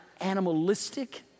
animalistic